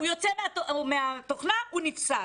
הם יוצאים מהתוכנה ונפסלים.